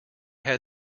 had